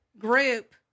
group